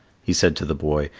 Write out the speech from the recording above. he said to the boy,